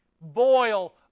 boil